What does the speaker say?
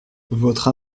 votre